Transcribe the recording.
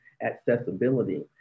accessibility